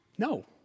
No